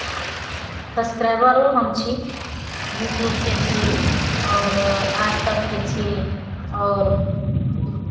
सब्सक्राइबरो हम छी यूट्यूबके छी आओर आजतकके छी आओर